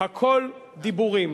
הכול דיבורים.